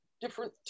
different